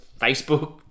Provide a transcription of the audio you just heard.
Facebook